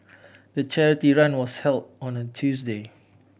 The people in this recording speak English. the charity run was held on a Tuesday